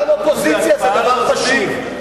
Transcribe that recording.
גם אופוזיציה זה דבר חשוב,